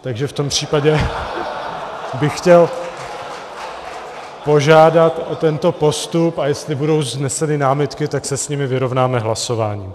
Takže v tom případě bych chtěl požádat o tento postup, a jestli budou vzneseny námitky, tak se s nimi vyrovnáme hlasováním.